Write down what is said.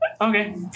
Okay